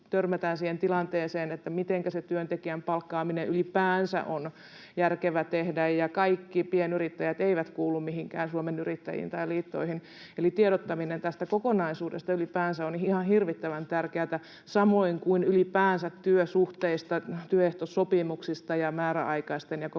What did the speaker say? törmätään siihen tilanteeseen, että mitenkä se työntekijän palkkaaminen ylipäänsä on järkevää tehdä, ja kaikki pienyrittäjät eivät kuulu mihinkään Suomen Yrittäjiin tai liittoihin. Eli tiedottaminen tästä kokonaisuudesta ylipäänsä on ihan hirvittävän tärkeätä, samoin kuin ylipäänsä työsuhteista, työehtosopimuksista ja määräaikaisten ja kokoaikaisten